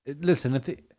Listen